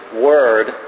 word